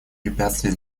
препятствий